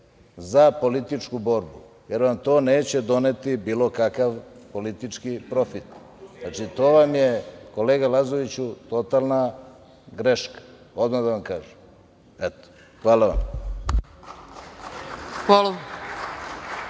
za političku borbu, jer vam to neće doneti bilo kakav politički profit. To vam je, kolega Lazoviću, totalna greška, odmah da vam kažem. Hvala. **Ana